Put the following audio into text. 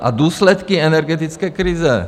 A důsledky energetické krize?